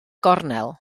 gornel